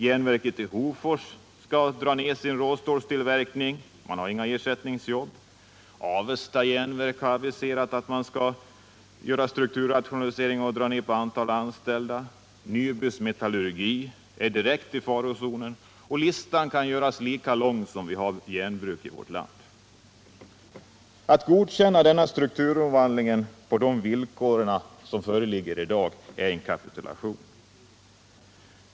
Järnverket i Hofors skall minska sin råstålstillverkning, och man har inga ersättningsjobb. Avesta Jernverk har aviserat att man skall göra strukturrationalisering och minska antalet anställda. Nyby bruks metallurgi är direkt i farozonen. Listan kan göras lika lång som det finns järnbruk i vårt land. Att godkänna denna strukturomvandling på de villkor som föreligger i dag är en kapitulation.